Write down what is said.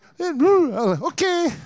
okay